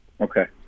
Okay